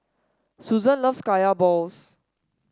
Susan loves Kaya Balls